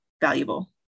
valuable